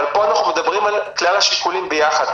אבל פה אנחנו מדברים על כלל השיקולים ביחד,